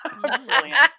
Brilliant